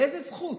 באיזו זכות?